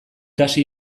hasi